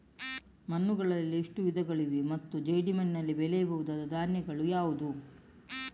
ಮಣ್ಣುಗಳಲ್ಲಿ ಎಷ್ಟು ವಿಧಗಳಿವೆ ಮತ್ತು ಜೇಡಿಮಣ್ಣಿನಲ್ಲಿ ಬೆಳೆಯಬಹುದಾದ ಧಾನ್ಯಗಳು ಯಾವುದು?